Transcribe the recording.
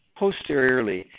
posteriorly